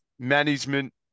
management